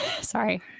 Sorry